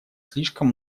слишком